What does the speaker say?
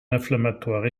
inflammatoire